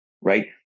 right